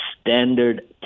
standard